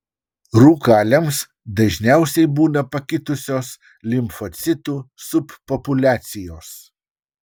rūkaliams dažniausiai būna pakitusios limfocitų subpopuliacijos